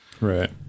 Right